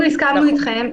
אנחנו הסכמנו אתכם.